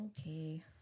Okay